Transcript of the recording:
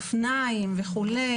אופניים וכולי,